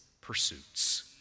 pursuits